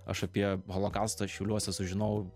aš apie holokaustą šiauliuose sužinojau